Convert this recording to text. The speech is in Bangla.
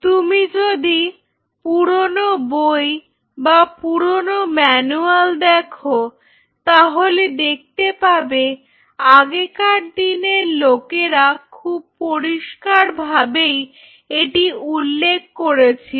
তুমি যদি পুরনো বই বা পুরোনো ম্যানুয়াল দেখো তাহলে দেখতে পাবে আগেকার দিনের লোকেরা খুব পরিষ্কার ভাবেই এটি উল্লেখ করেছিল